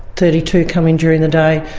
thirty two come in during the day.